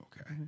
Okay